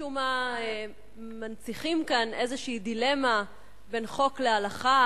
משום מה מנציחים כאן איזו דילמה בין חוק להלכה,